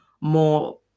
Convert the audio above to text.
more